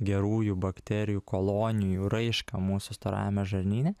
gerųjų bakterijų kolonijų raišką mūsų storajame žarnyne